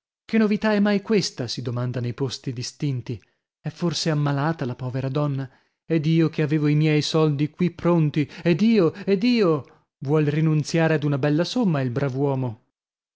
che novità è mai questa si domanda nei posti distinti è forse ammalata la povera donna ed io che avevo i miei soldi qui pronti ed io ed io vuol rinunziare ad una bella somma il brav'uomo